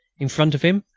in front of him,